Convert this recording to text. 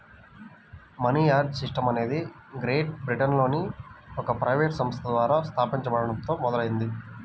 money order system అనేది great బ్రిటన్లోని ఒక ప్రైవేట్ సంస్థ ద్వారా స్థాపించబడటంతో మొదలైంది